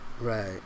Right